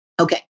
Okay